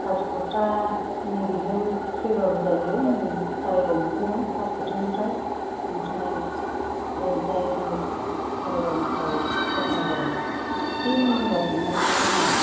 खासिखत्रा नैबेजों फैबाबो जायो नै खारिगाव मोनफैगोन खासिखत्रानिफ्राय ओमफ्राय ओरै डायरेक्ट खारिगावनिफ्राय क'क्राझार बे बास जोंनो सफैगोन आरो